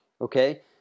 okay